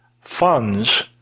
funds